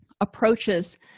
approaches